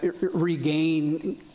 regain